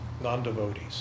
non-devotees